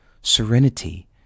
serenity